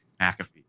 McAfee